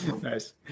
Nice